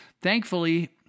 thankfully